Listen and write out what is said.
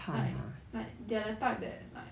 like like they're the type that like